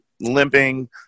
limping